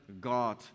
God